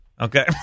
Okay